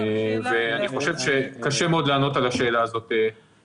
אני חושב שקשה מאוד לענות על השאלה הזאת כפי שהיא.